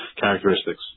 characteristics